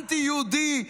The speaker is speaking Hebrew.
אנטי-יהודי,